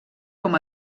com